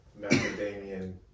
macadamian